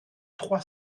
trois